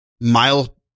mile